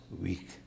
weak